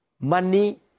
money